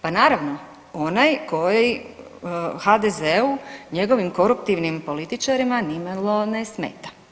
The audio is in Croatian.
Pa naravno, onaj koji HDZ-u, njegovim koruptivnim političarima nimalo ne smeta.